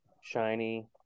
Shiny